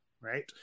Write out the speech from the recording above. right